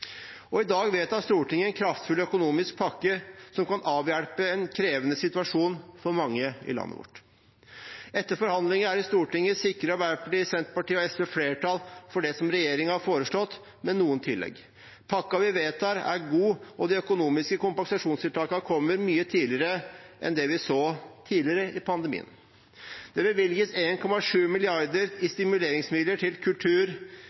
I dag vedtar Stortinget en kraftfull økonomisk pakke som kan avhjelpe en krevende situasjon for mange i landet vårt. Etter forhandlinger her i Stortinget sikrer Arbeiderpartiet, Senterpartiet og SV flertall for det som regjeringen har foreslått, med noen tillegg. Pakken vi vedtar, er god, og de økonomiske kompensasjonstiltakene kommer mye tidligere enn det vi har sett tidligere i pandemien. Det bevilges 1,7 mrd. kr i stimuleringsmidler til kultur,